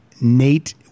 Nate